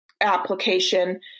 application